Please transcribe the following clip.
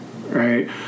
Right